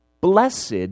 blessed